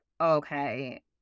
okay